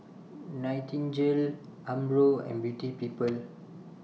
Nightingale Umbro and Beauty People